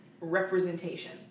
representation